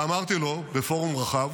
אמרתי לו, בפורום רחב,